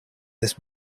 this